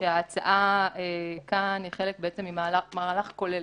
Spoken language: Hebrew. שההצעה כאן היא חלק ממהלך כולל,